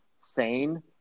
sane